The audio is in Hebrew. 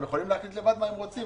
הם יכולים להחליט לבד מה הם רוצים,